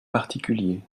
particuliers